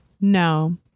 No